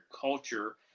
culture